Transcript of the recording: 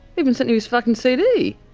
even sent you his fucking cd!